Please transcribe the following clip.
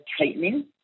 tightening